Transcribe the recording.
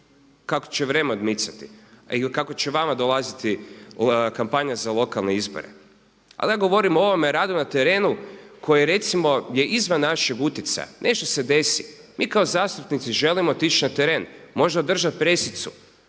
kako će vrijeme odmicati i kako će i vama dolaziti kampanja za lokalne izbore. Ali ja govorim o ovome radu na terenu koji recimo je izvan našeg utjecaja jer nešto se desi. Mi kao zastupnici želimo otići na teren, možda održati presicu,